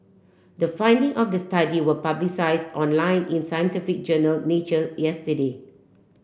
the finding of the study were online in scientific journal Nature yesterday